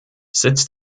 sitz